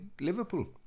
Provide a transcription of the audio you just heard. Liverpool